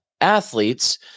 athletes